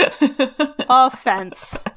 offense